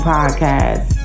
Podcast